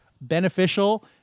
beneficial